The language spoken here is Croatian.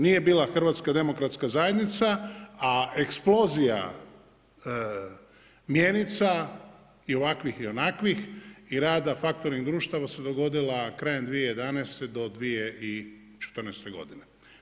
Nije bio HDZ a eksplozija mjenica i ovakvih i onakvih i rada faktoring društava se dogodila krajem 2011. do 2014. godine.